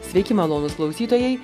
sveiki malonūs klausytojai